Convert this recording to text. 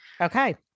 Okay